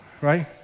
right